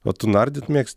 o tu nardyt mėgsti